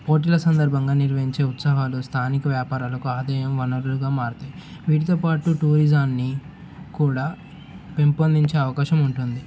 పోటీల సందర్భంగా నిర్వహించే ఉత్సావాలు స్థానిక వ్యాపారాలకు ఆదాయం వనరులుగా మారుతాయి వీటితో పాటు టూరిజాన్ని కూడా పెంపొందించే అవకాశం ఉంటుంది